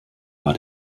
war